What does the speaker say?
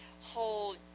whole